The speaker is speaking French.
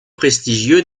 prestigieux